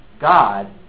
God